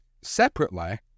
separately